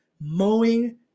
mowing